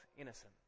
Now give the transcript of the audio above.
innocent